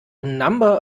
number